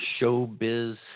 Showbiz